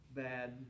bad